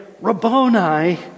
Rabboni